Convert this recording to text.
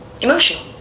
emotional